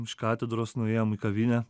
iš katedros nuėjom į kavinę